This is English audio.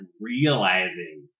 realizing